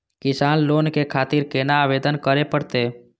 किसान लोन के खातिर केना आवेदन करें परतें?